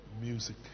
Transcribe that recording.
music